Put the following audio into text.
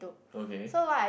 okay